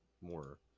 more